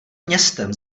městem